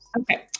Okay